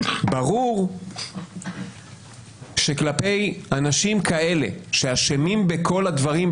ברור שכלפי אנשים כאלה שאשמים בכל הדברים,